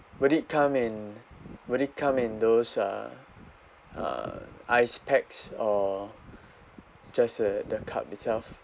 would it come in would it come in those uh uh ice packs or just the the cup itself